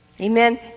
Amen